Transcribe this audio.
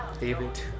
David